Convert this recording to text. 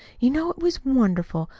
you know it was wonderful,